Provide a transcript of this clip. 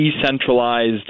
decentralized